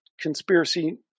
conspiracy